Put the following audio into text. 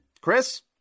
Chris